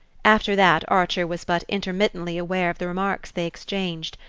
after that archer was but intermittently aware of the remarks they exchanged.